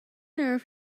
earth